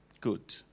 Good